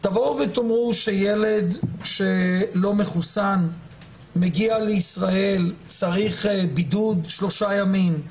תבואו ותאמרו שילד שלא מחוסן מגיע לישראל וצריך בידוד שלושה ימים,